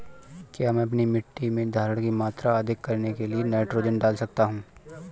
क्या मैं अपनी मिट्टी में धारण की मात्रा अधिक करने के लिए नाइट्रोजन डाल सकता हूँ?